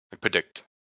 predict